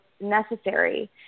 necessary